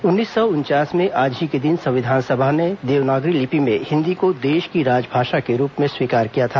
उन्नीस सौ उनचास में आज के ही दिन संविधान सभा ने देवनागरी लिपि में हिंदी को देश की राजभाषा के रूप में स्वीकार किया था